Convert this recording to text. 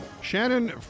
Shannon